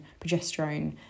progesterone